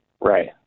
Right